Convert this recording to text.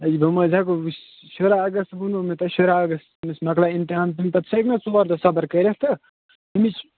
ہَے یہِ دوٚپمو وُچھ شُراہ اَگَستہٕ ووٚنو مےٚ تۅہہِ شُراہ اَگَستہٕ أمِس مۅکلان اِمتِحان تَمہِ پَتہٕ سُہ ہیٚکہِ نا ژور دۄہ صَبٕر کٔرِتھ تہٕ أمِس